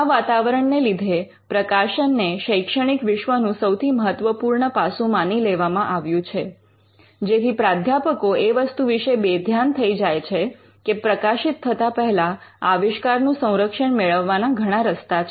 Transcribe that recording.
આ વાતાવરણને લીધે પ્રકાશનને શૈક્ષણિક વિશ્વનું સૌથી મહત્વપૂર્ણ પાસું માની લેવામાં આવ્યું છે જેથી પ્રાધ્યાપકો એ વસ્તુ વિશે બેધ્યાન થઈ જાય છે કે પ્રકાશિત થતા પહેલા આવિષ્કારનુ સંરક્ષણ મેળવવાના ઘણા રસ્તા છે